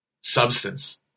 substance